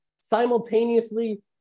simultaneously